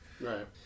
Right